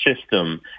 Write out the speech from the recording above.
system